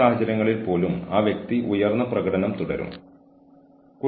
അതിനാൽ ജോലിയെ സംബന്ധിച്ചിടത്തോളം എല്ലാവരും ഉൾക്കൊള്ളുന്നു